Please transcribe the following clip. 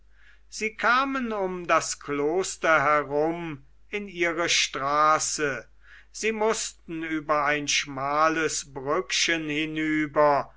sie kamen um das kloster herum in ihre straße sie mußten über ein schmales brückchen hinüber